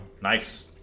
Nice